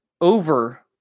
over